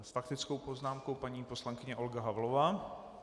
S faktickou poznámkou paní poslankyně Olga Havlová.